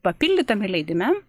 papildytame leidime